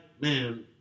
man